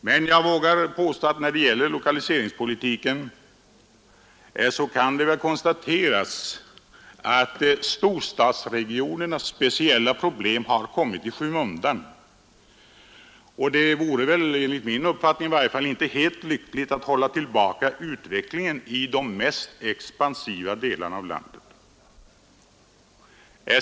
Men jag vågar påstå att storstadsregionernas speciella problem när det gäller lokaliseringspolitiken har kommit i skymundan, Det är enligt min mening inte helt lyckligt att hålla tillbaka utvecklingen i de mest expansiva delarna av landet.